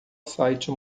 site